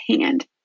hand